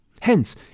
hence